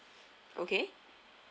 okay